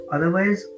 Otherwise